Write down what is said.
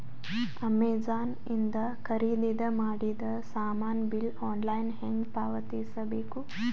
Amazon ಇಂದ ಖರೀದಿದ ಮಾಡಿದ ಸಾಮಾನ ಬಿಲ್ ಆನ್ಲೈನ್ ಹೆಂಗ್ ಪಾವತಿಸ ಬೇಕು?